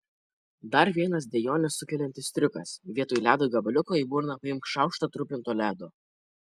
dar vienas dejones sukeliantis triukas vietoj ledo gabaliuko į burną paimk šaukštą trupinto ledo